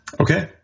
Okay